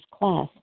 class